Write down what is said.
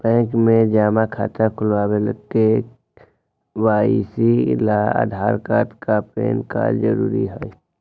bank में जमा खाता खुलावे ला के.वाइ.सी ला आधार कार्ड आ पैन कार्ड जरूरी हई